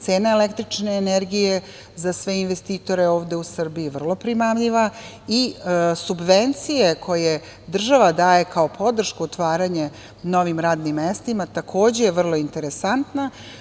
Cena električne energije za sve investitore ovde u Srbiji je vrlo primamljiva i subvencije koje država kao podršku otvaranju novih radnih mesta je takođe vrlo interesantna.